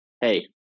hey